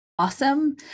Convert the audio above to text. awesome